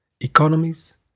economies